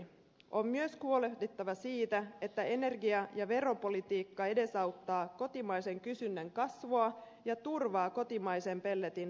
on myös huolehdittava siitä että energia ja veropolitiikka edesauttaa kotimaisen kysynnän kasvua ja turvaa kotimaisen pelletin saatavuuden